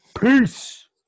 Peace